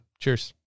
Cheers